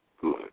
good